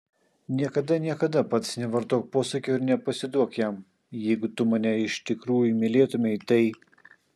niekada niekada pats nevartok posakio ir nepasiduok jam jeigu tu mane iš tikrųjų mylėtumei tai